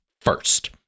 first